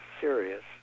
serious